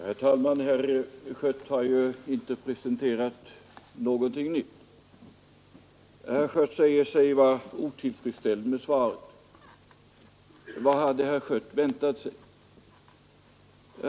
Herr talman! Herr Schött har ju inte presenterat någonting nytt. Herr Schött säger sig vara otillfredsställd med svaret. Vad hade herr Schött väntat sig?